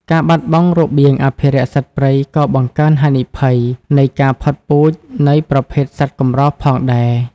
ការបាត់បង់របៀងអភិរក្សសត្វព្រៃក៏បង្កើនហានិភ័យនៃ ការផុតពូជនៃប្រភេទសត្វកម្រ ផងដែរ។